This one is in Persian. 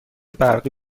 برقی